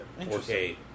4K